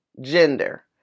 gender